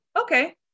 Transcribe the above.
okay